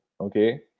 okay